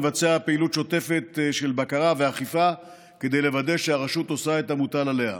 מבצע פעילות שוטפת של בקרה ואכיפה כדי לוודא שהרשות עושה את המוטל עליה.